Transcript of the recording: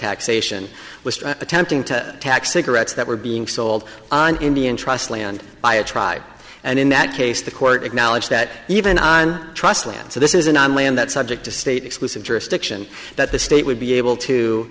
taxation was attempting to tax cigarettes that were being sold on indian trust land by a tribe and in that case the court acknowledged that even on trust land so this isn't on land that subject to state exclusive jurisdiction that the state would be able to